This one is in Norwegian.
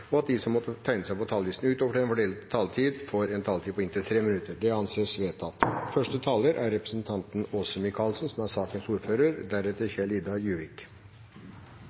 og at de som måtte tegne seg på talerlisten utover den fordelte taletid, får en taletid på inntil 3 minutter. – Det anses vedtatt. La meg først si at det er ikke tvil om at det er